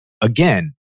Again